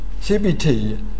CBT